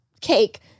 cake